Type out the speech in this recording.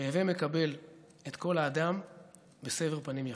"הווי מקבל את כל האדם בסבר פנים יפות".